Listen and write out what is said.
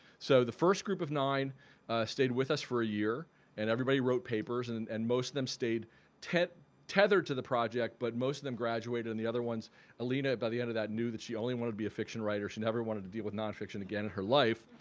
so the first group of nine stayed with us for a year and everybody wrote papers and and and most of them stayed tethered to the project but most of them graduated and the other ones alena by the end of that knew that she only wanted to be a fiction writer. she never wanted to deal with nonfiction again in her life